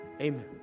amen